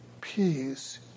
peace